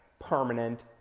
permanent